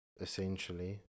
essentially